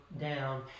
down